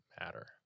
matter